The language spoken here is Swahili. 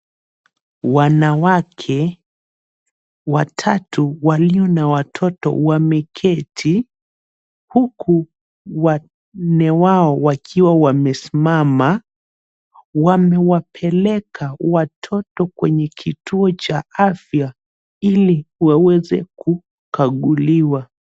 Wanawake watatu walio na watoto wameketi huku wanne wao wakiwa wamesimama. Wamewapeleka watoto kwenye kituo cha afya ili waweze kukaguliwa.